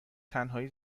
تنهایی